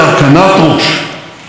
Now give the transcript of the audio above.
להפך,